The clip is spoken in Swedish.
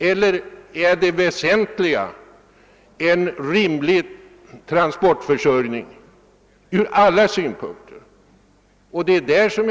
Eller är det väsentliga en från alla synpunkter rimlig transportförsörjning? '